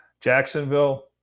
Jacksonville